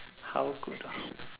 how could